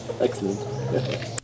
Excellent